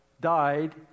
died